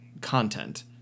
content